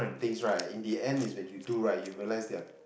things right in the end is you two right you realize their